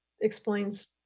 explains